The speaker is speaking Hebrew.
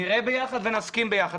נראה ביחד ונסכים ביחד.